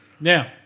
Now